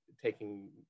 taking